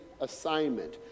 assignment